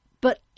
But